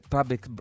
Public